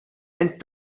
and